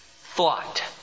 thought